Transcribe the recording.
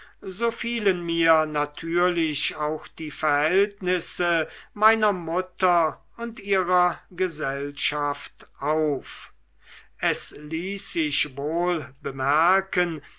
so fielen mir natürlich auch die verhältnisse meiner mutter und ihrer gesellschaft auf es ließ sich wohl bemerken